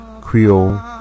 Creole